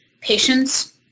patients